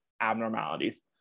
abnormalities